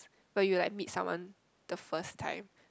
where you like meet someone the first time